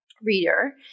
Reader